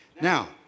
now